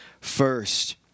first